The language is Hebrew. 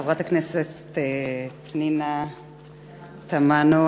חברת הכנסת פנינה תמנו,